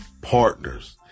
partners